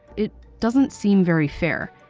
it doesn't seem very fair.